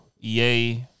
EA